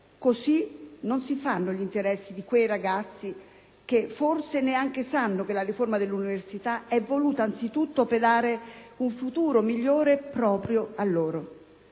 così non si fanno gli interessi di quei ragazzi che forse neanche sanno che la riforma dell'università è voluta anzitutto per dare un futuro migliore proprio a loro.